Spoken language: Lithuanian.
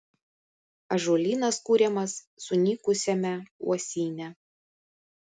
ąžuolynas kuriamas sunykusiame uosyne